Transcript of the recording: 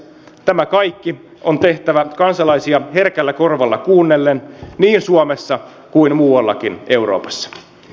tämä kaikki on tehtävä kansalaisia herkällä korvalla kuunnellen niin suomessa kuin muallakin euroopassa